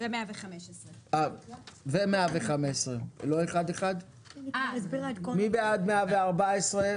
הצבעה סעיף 114 אושר מי בעד סעיף 115 ?